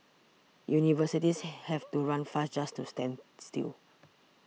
universities have to run fast just to stand still